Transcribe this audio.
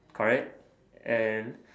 correct and